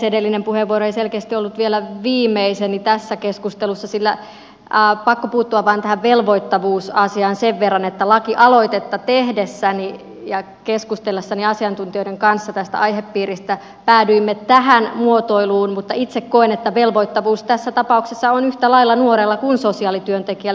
edellinen puheenvuoro ei selkeästi ollut vielä viimeiseni tässä keskustelussa sillä on pakko puuttua vain tähän velvoittavuusasiaan sen verran että lakialoitetta tehdessäni ja keskustellessani asiantuntijoiden kanssa tästä aihepiiristä päädyimme tähän muotoiluun mutta itse koen että velvoittavuus tässä tapauksessa on yhtä lailla nuorella kuin sosiaalityöntekijällä